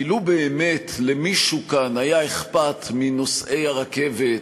כי לו באמת למישהו כאן היה אכפת מנוסעי הרכבת,